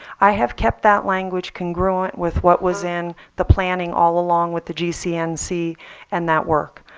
i have kept that language congruent with what was in the planning all along with the gcnc and that work.